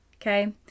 Okay